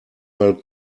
mal